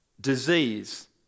disease